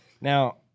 Now